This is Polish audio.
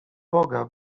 boga